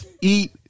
eat